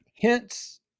hence